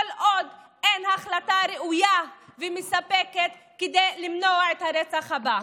כל עוד אין החלטה ראויה ומספקת כדי למנוע את הרצח הבא.